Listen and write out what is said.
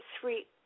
three